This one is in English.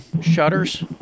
shutters